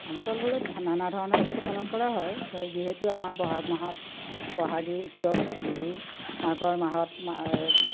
অঞ্চলবোৰত নানা ধৰণৰ উৎসৱ পালন কৰা হয় যিহেতু আমাৰ বহাগ মাহত বহাগী উৎসৱ বিহু মাঘৰ মাহত মা